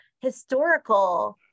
historical